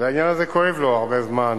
והעניין הזה כואב לו הרבה זמן.